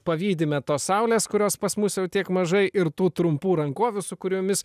pavydime tos saulės kurios pas mus jau tiek mažai ir tų trumpų rankovių su kuriomis